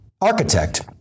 architect